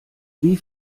wie